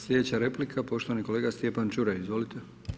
Slijedeća replika, poštovani kolega Stjepan Čuraj, izvolite.